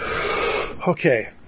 okay